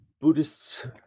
Buddhists